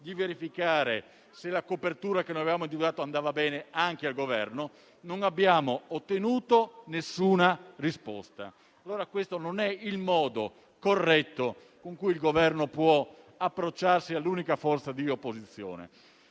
di verificare se le coperture che avevamo individuato andavano bene anche all'Esecutivo, ma non abbiamo ottenuto alcuna risposta. Questo non è il modo corretto con cui il Governo può approcciarsi all'unica forza di opposizione.